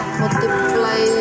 multiply